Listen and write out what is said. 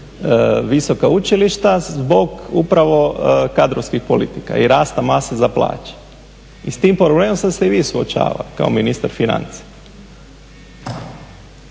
visoka učilišta zbog upravo kadrovskih politika i rasta mase za plaće. I s tim problemom ste se i vi suočavali kao ministar financija.